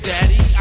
Daddy